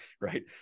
right